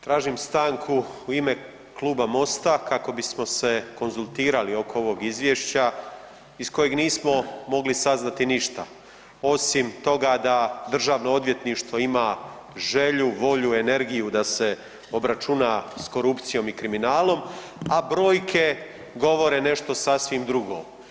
Tražim stanku u ime Kluba MOST-a kako bismo se konzultirali oko ovog izvješća iz kojeg nismo mogli saznati ništa osim toga da državno odvjetništvo ima želju, volju, energiju da se obračuna s korupcijom i kriminalom, a brojke govore nešto sasvim drugo.